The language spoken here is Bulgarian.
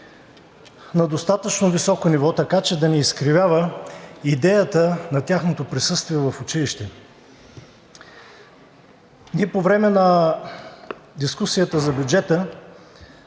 на достатъчно високо ниво, така че да не изкривява идеята на тяхното присъствие в училище. Ние по време на дискусията за бюджета